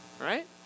Right